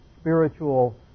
spiritual